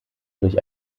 durch